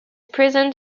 present